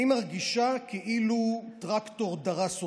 אני מרגישה כאילו טרקטור דרס אותי.